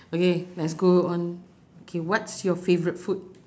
okay let's go on K what's your favourite food